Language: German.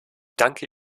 danke